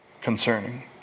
concerning